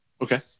Okay